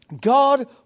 God